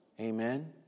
Amen